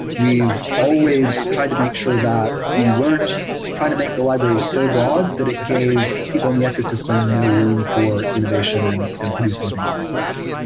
we've always try to make sure that we weren't to make the library so broad that it gave people in the ecosystem no room for innovation and and producing things themselves,